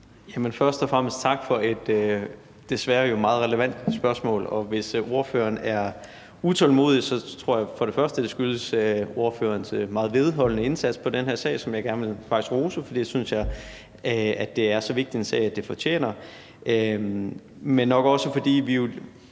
Først og fremmest tak for et desværre jo meget relevant spørgsmål, og hvis ordføreren er utålmodig, tror jeg for det første, det skyldes ordførerens meget vedholdende indsats i den her sag, som jeg faktisk gerne vil rose, for jeg synes, det er så vigtig en sag, at det fortjener det, men for det